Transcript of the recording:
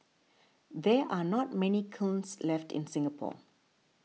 there are not many kilns left in Singapore